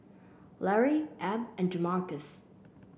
Lary Ab and Jamarcus